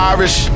Irish